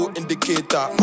indicator